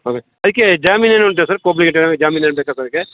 okay ಅದ್ಕೆ ಜಾಮೀನು ಏನುಂಟು ಸರ್ ಜಾಮೀನು ಏನು ಬೇಕಾ ಸರ್ ಅದಕ್ಕೆ